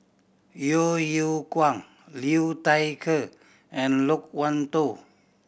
Yeo Yeow Kwang Liu Thai Ker and Loke Wan Tho